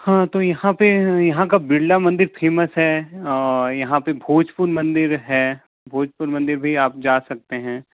हाँ तो यहाँ पे यहाँ का बिरला मंदिर फेमस है और यहाँ पे भोजपुर मंदिर है भोजपुर मंदिर भी आप जा सकते हैं